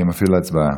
אני מפעיל הצבעה.